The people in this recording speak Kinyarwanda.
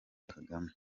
kagame